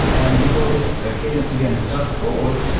and because ah cadence, again, is just code,